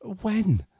When